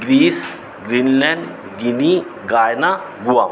Greece Greenland Guinea Guyana Goa